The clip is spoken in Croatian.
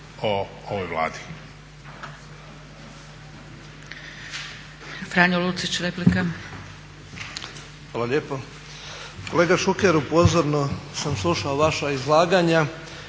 o ovoj Vladi.